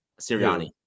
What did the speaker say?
Sirianni